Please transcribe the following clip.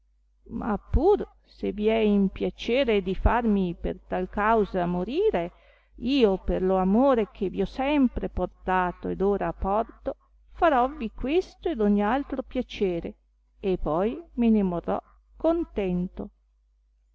ma pur se vi è in piacere di farmi per tal causa morire io per lo amore che vi ho sempre portato ed ora porto farovvi questo ed ogn altro piacere e poi me ne morrò contento